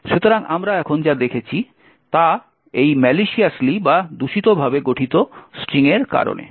সুতরাং আমরা এখন যা দেখছি তা এই দূষিতভাবে গঠিত স্ট্রিংয়ের কারণে